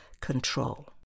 control